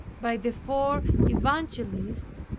by the four evangelists,